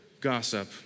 gossip